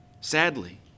Sadly